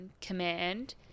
command